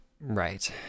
right